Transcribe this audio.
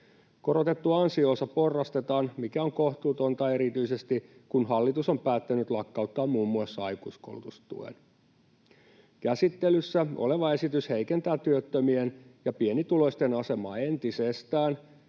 Korotettua ansio-osaa porrastetaan, mikä on kohtuutonta erityisesti, kun hallitus on päättänyt lakkauttaa muun muassa aikuiskoulutustuen. Käsittelyssä oleva esitys heikentää työttömien ja pienituloisten asemaa entisestään.